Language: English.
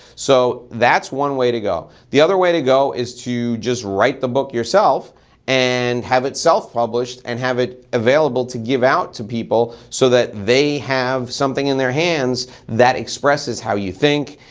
so that's one way to go. the other way to go is just just write the book yourself and have it self-published and have it available to give out to people so that they have something in their hands that expresses how you think,